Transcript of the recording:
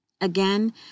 Again